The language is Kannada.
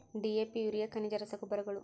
ಡಿ.ಎ.ಪಿ ಯೂರಿಯಾ ಖನಿಜ ರಸಗೊಬ್ಬರಗಳು